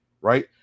right